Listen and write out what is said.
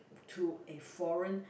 to a foreign